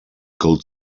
gold